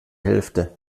hälfte